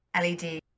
LED